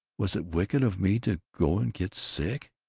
was it wicked of me to go and get sick?